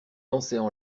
lançaient